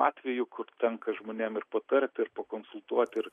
atvejų kur tenka žmonėm ir patarti ir pakonsultuoti ir